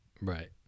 Right